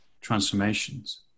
transformations